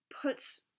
puts